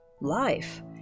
life